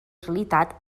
realitat